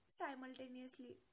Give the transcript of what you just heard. simultaneously